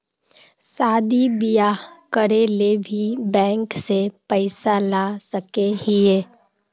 शादी बियाह करे ले भी बैंक से पैसा ला सके हिये?